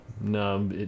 no